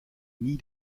nie